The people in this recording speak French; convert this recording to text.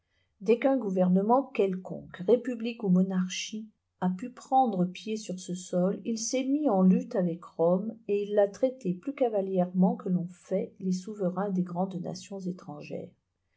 dès qu'un gouvernement quelconque république ou monarchie a pu prendre pied sur ce sol il s'est mis en lutte avec rome et il ta traitée plus cavalièrement que ne l'ont fait les souverains des grandes nations étrangères